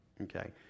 okay